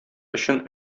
өчен